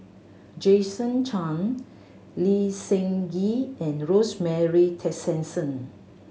Jason Chan Lee Seng Gee and Rosemary Tessensohn